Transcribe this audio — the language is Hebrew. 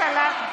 הופה,